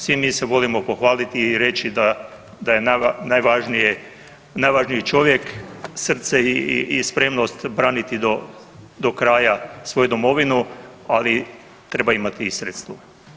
Svi mi se volimo pohvaliti i reći da je najvažnije, najvažniji čovjek srce i spremnost braniti do kraja svoju domovinu, ali treba imati i sredstva.